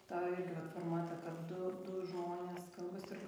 tą irgi vat formatą kad du du žmonės kalbasi ir